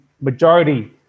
majority